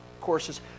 courses